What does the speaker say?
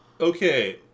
okay